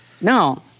No